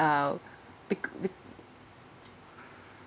uh